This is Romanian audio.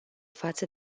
față